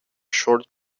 short